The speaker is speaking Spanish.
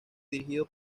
dirigido